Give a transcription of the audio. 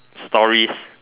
stories